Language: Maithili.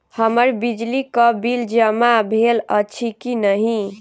हम्मर बिजली कऽ बिल जमा भेल अछि की नहि?